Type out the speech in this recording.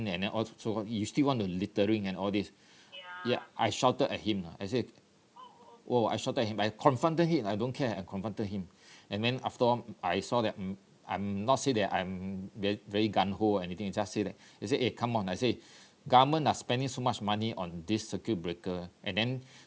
and then all to throw you still want to littering and all these ya I shouted at him ah I said oh I shouted him I confronted him I don't care I confronted him and then after all I saw that um I'm not say that I'm ve~ very gung ho or anything I just say that I said eh come on I say government are spending so much money on this circuit breaker and then